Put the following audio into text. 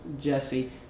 Jesse